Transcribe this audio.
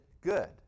good